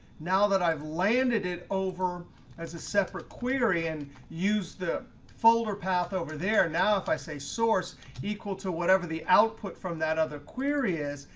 now that i've landed it over as a separate query and used the folder path over there, now if i say source equal to whatever the output from that other query is,